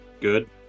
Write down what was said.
good